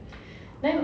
then